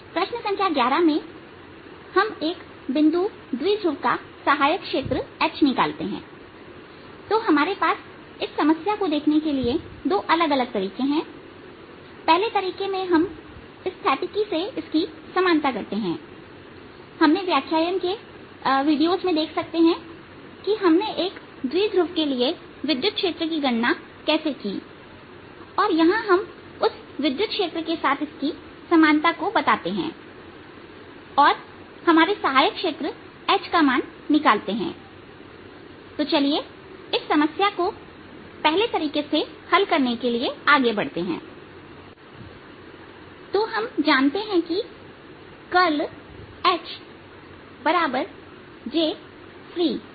प्रश्न संख्या 11 में हम एक बिंदु द्विध्रुव का सहायक क्षेत्र H निकालते हैं तो हमारे पास इस समस्या को देखने के दो अलग अलग तरीके हैं पहले तरीके में हम स्थैतिकी से इसकी समानता करते हैं हम व्याख्यान के वीडियोस में देख सकते हैं कि हमने एक द्विध्रुव के लिए विद्युत क्षेत्र की गणना कैसे की और यहां हम उस विद्युत क्षेत्र के साथ एक समानता बनाते हैं और हमारे सहायक क्षेत्र H का मान निकालते हैं तो चलिए इस समस्या को पहले तरीके से हल करने के लिए आगे बढ़ते हैं तो हम जानते हैं कि करल H Jfreeजो 0 है